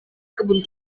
kebun